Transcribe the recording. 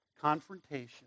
confrontation